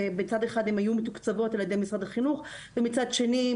שבצד אחד הן היו מתוקצבות על ידי משרד החינוך ומצד שני,